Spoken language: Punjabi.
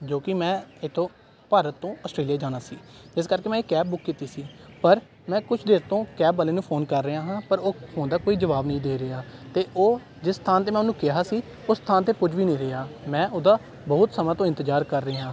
ਜੋ ਕਿ ਮੈਂ ਇੱਥੋਂ ਭਾਰਤ ਤੋਂ ਆਸਟਰੇਲੀਆ ਜਾਣਾ ਸੀ ਇਸ ਕਰਕੇ ਮੈਂ ਇੱਕ ਕੈਬ ਬੁੱਕ ਕੀਤੀ ਸੀ ਪਰ ਮੈਂ ਕੁਛ ਦੇਰ ਤੋਂ ਕੈਬ ਵਾਲੇ ਨੂੰ ਫੋਨ ਕਰ ਰਿਹਾ ਹਾਂ ਪਰ ਉਹ ਫੋਨ ਦਾ ਕੋਈ ਜਵਾਬ ਨਹੀਂ ਦੇ ਰਿਹਾ ਅਤੇ ਉਹ ਜਿਸ ਸਥਾਨ 'ਤੇ ਮੈਂ ਉਹਨੂੰ ਕਿਹਾ ਸੀ ਉਸ ਸਥਾਨ 'ਤੇ ਪੁੱਜ ਵੀ ਨਹੀਂ ਰਿਹਾ ਮੈਂ ਉਹਦਾ ਬਹੁਤ ਸਮਾਂ ਤੋਂ ਇੰਤਜ਼ਾਰ ਕਰ ਰਿਹਾ